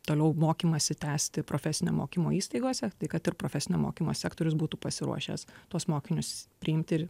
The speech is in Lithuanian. toliau mokymąsi tęsti profesinio mokymo įstaigose tai kad ir profesinio mokymo sektorius būtų pasiruošęs tuos mokinius priimti ir